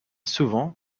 souvent